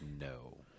No